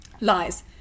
lies